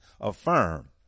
affirm